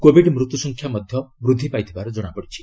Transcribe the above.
covid ମୃତ୍ୟୁସଂଖ୍ୟା ମଧ୍ୟ ବୃଦ୍ଧି ପାଇଥିବାର ଜଣାପଡ଼ିଛି